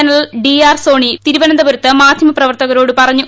general D R Soni തിരുവനന്തപുരത്ത് മാധ്യമപ്രവർത്തകരോട് പറഞ്ഞു